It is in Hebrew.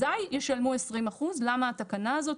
אזי ישלמו 20%. למה התקנה הזאת?